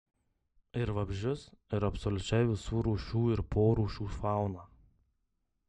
ir vabzdžius ir absoliučiai visų rūšių ir porūšių fauną